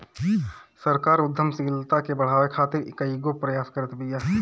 सरकार उद्यमशीलता के बढ़ावे खातीर कईगो प्रयास करत बिया